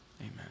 Amen